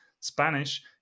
spanish